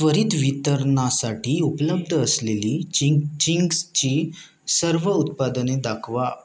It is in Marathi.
त्वरित वितरणासाठी उपलब्ध असलेली चिं चिंग्सची सर्व उत्पादने दाखवा